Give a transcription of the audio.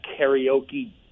karaoke